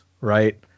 right